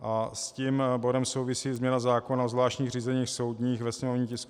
A s tím bodem souvisí změna zákona o zvláštních řízeních soudních ve sněmovním tisku 642.